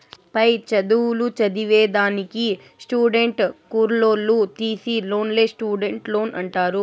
పై చదువులు చదివేదానికి స్టూడెంట్ కుర్రోల్లు తీసీ లోన్నే స్టూడెంట్ లోన్ అంటారు